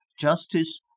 justice